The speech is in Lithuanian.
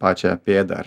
pačią pėdą ar